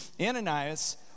Ananias